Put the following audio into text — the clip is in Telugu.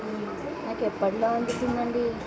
నాక ఎప్పట్లో అందుతుంది అండి